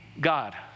God